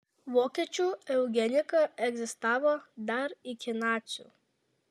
vokiečių eugenika egzistavo dar iki nacių